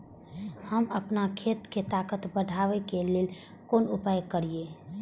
हम आपन खेत के ताकत बढ़ाय के लेल कोन उपाय करिए?